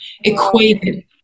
equated